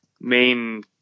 main